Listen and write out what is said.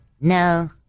No